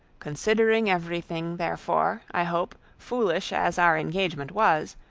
considering everything, therefore, i hope, foolish as our engagement was,